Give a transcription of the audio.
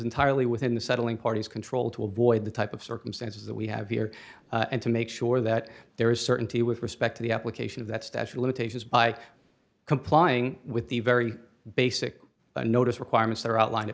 entirely within the settling parties control to avoid the type of circumstances that we have here and to make sure that there is certainty with respect to the application of that statue limitations by complying with the very basic notice requirements that are outline